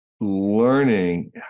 learning